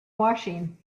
washing